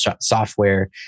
software